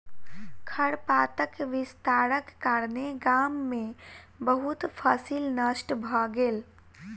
खरपातक विस्तारक कारणेँ गाम में बहुत फसील नष्ट भ गेल